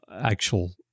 actual